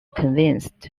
convinced